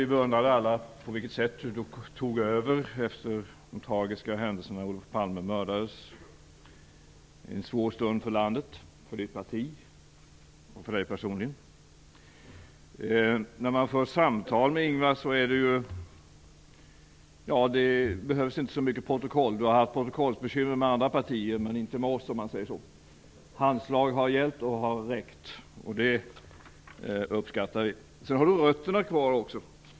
Vi beundrar alla på vilket sätt du tog över efter den tragiska händelsen då Olof Palme mördades. Det var en svår stund för landet, för ditt parti och för dig personligen. När man för samtal med Ingvar Carlsson behövs det inte så mycket protokoll. Du har haft protokollsbekymmer med andra partier, men inte med oss, om jag säger så. Handslag har gällt och har räckt. Det uppskattar vi. Dessutom har du rötterna kvar.